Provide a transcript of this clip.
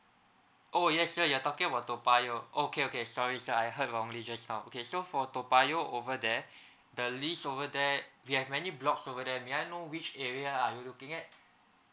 oh yes sir you're talking about toa payoh okay okay sorry sir I heard wrongly just now okay so for toa payoh over there the lease over there we have many blocks over there may I know which area are you looking at